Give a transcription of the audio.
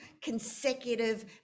consecutive